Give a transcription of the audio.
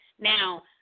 Now